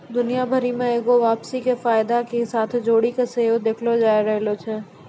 दुनिया भरि मे एगो वापसी के फायदा के साथे जोड़ि के सेहो देखलो जाय रहलो छै